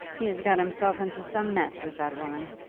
he has got himself into some mess with that woman.